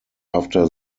after